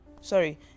sorry